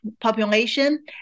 population